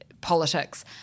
politics